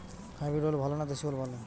Hybrid ওল ভালো না দেশী ওল ভাল?